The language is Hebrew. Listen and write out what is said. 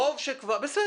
בסדר.